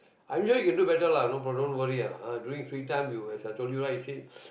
I'm sure you can do better lah no pro~ don't worry lah ah during free time you as I told you right you said